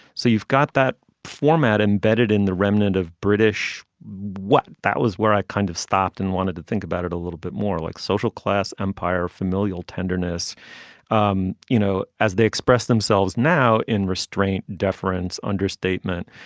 so you've got that format embedded in the remnant of british what that was where i kind of stopped and wanted to think about it a little bit more like social class umpire familial tenderness um you know as they express themselves now in restraint deference understatement.